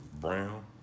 Brown